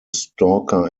stalker